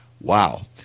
wow